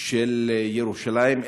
של ירושלים,